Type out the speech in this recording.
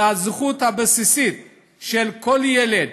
זו הזכות הבסיסית של כל ילד,